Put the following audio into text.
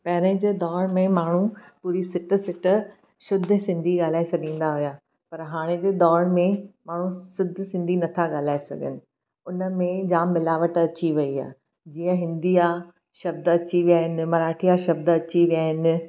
पहिरें जे दौर में माण्हू पूरी सिट सिट शुद्ध सिंधी ॻाल्हाए सघंदा हुआ पर हाणे जे दौर में माण्हू शुद्ध सिंधी नथा ॻाल्हाए सघनि उन में जाम मिलावट अची वई आहे जीअं हिंदी जा शब्द अची विया इन मराठी जा शब्द अची विया आहिनि